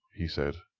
he said,